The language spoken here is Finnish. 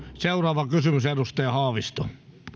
seuraava kysymys edustaja haavisto